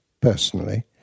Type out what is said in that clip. personally